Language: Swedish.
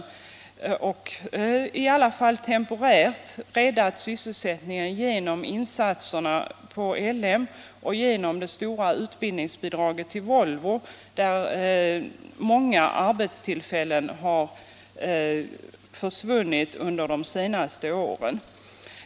Regeringen har i varje fall temporärt räddat sysselsättningen genom insatserna på L M Ericsson och genom det stora utbildningsbidraget till Volvo, där många arbetstillfällen försvunnit under de senaste åren.